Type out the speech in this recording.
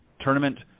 tournament